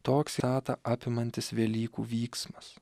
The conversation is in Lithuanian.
toks ratą apimantis velykų vyksmas